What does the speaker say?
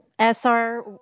sr